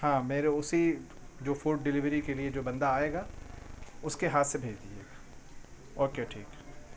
ہاں میرے اسی جو فوڈ ڈیلیوری کے لیے جو بندہ آئے گا اس کے ہاتھ سے بھیج دیجیے گا اوکے ٹھیک ہے